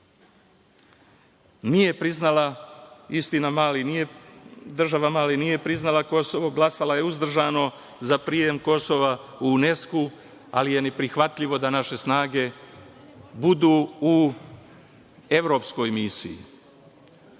medicinska tehničara. Država Mali nije priznala Kosovo, glasala je uzdržano za prijem Kosova u UNESKU, ali je neprihvatljivo da naše snage budu u evropskoj misiji. Vojna